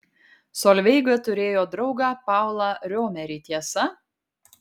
solveiga turėjo draugą paulą riomerį tiesa